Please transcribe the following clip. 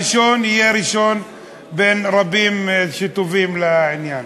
הראשון, יהיה ראשון בין רבים שטובים לעניין.